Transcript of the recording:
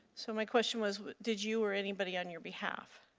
so my question was, did you or anybody on your behalf?